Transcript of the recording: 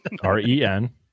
R-E-N